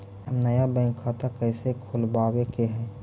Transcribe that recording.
हम नया बैंक खाता कैसे खोलबाबे के है?